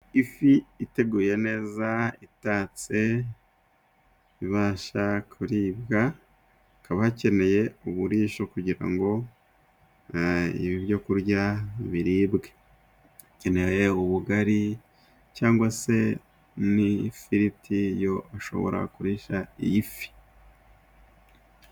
Ifi iteguye neza itatse, ibasha kuribwa, hakaba hakenewe uburisho kugira ngo ibi byo kurya biribwe, bikeneye ubugari cyangwa se n'ifiriti yo ashobora kurisha iyi fi.